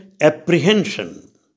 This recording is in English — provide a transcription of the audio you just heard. apprehension